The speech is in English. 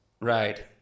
Right